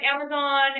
Amazon